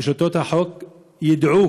ושלטונות החוק ידעו